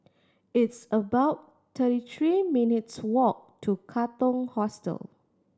it's about thirty three minutes' walk to Katong Hostel